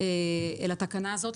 לתקנה הזאת,